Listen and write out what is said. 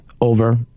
over